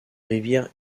rivières